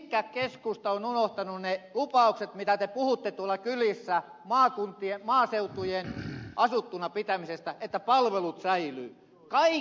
mihin keskusta on unohtanut ne lupaukset mitä te puhuitte tuolla kylissä maaseutujen asuttuna pitämisestä että palvelut säilyvät